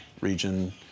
region